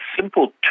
simple